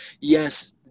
Yes